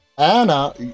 Anna